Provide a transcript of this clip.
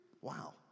Wow